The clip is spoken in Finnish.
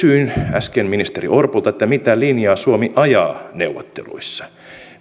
äsken ministeri orpolta mitä linjaa suomi ajaa neuvotteluissa